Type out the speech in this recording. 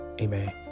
amen